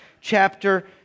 chapter